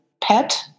pet